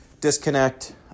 disconnect